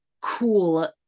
cool